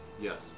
Yes